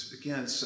Again